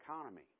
economy